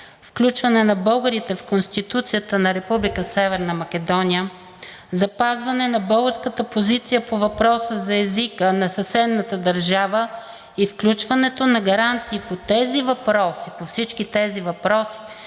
включване на българите в Конституцията на Република Северна Македония; запазване на българската позиция по въпроса за езика на съседната държава; и включването на гаранции по всички тези въпроси